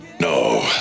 No